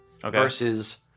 versus